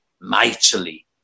mightily